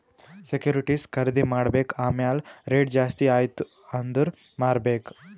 securities ಖರ್ದಿ ಮಾಡ್ಬೇಕ್ ಆಮ್ಯಾಲ್ ರೇಟ್ ಜಾಸ್ತಿ ಆಯ್ತ ಅಂದುರ್ ಮಾರ್ಬೆಕ್